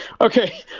okay